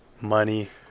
Money